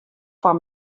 foar